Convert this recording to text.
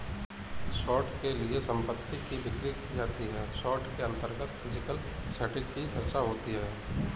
short के लिए संपत्ति की बिक्री की जाती है शॉर्ट के अंतर्गत फिजिकल सेटिंग की चर्चा होती है